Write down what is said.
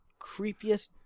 creepiest